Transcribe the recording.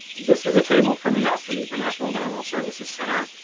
this is a table from nesc, the the national environmental services center.